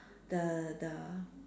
the the